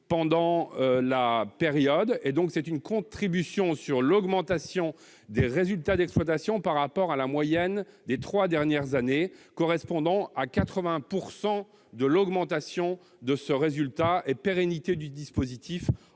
pendant la période. Il s'agit d'une contribution sur l'augmentation des résultats d'exploitation par rapport à la moyenne des trois dernières années, correspondant à 80 % de l'augmentation de ce résultat. J'ai pérennisé le dispositif,